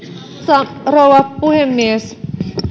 arvoisa rouva puhemies